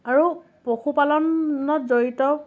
আৰু পশুপালনত জড়িত